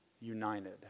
united